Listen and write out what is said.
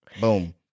Boom